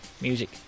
Music